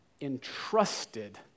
entrusted